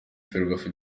ferwafa